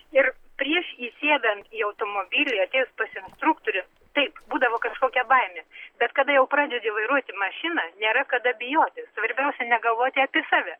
ir prieš įsėdant į automobilį atėjus pas instruktorių taip būdavo kažkokia baimė bet kada jau pradedi vairuoti mašiną nėra kada bijoti svarbiausia negalvoti apie save